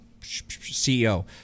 CEO